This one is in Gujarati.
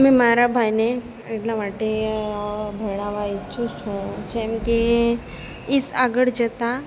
હું મારા ભાઈને એટલા માટે ભણાવવા ઈચ્છું છું જેમ કે ઇફ આગળ જતાં